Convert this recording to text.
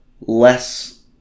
less